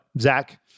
Zach